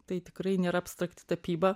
tai tikrai nėra abstrakti tapyba